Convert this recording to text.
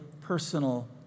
personal